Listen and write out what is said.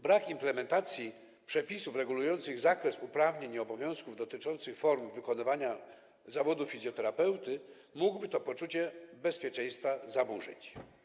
Brak implementacji przepisów regulujących zakres uprawnień i obowiązków dotyczących form wykonywania zawodu fizjoterapeuty mógłby to poczucie bezpieczeństwa zaburzyć.